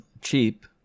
cheap